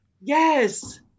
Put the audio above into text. Yes